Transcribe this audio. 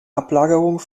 ablagerung